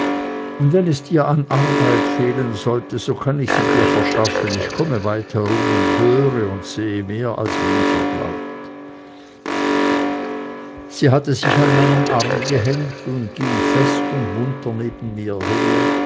und wenn es dir an arbeit fehlen sollte so kann ich sie dir verschaffen ich komme weit herum und höre und sehe mehr als mancher glaubt sie hatte sich an meinen arm gehängt und ging fest und munter neben mir her